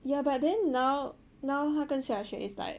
ya but then now now 他跟 xiaxue is like